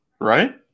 Right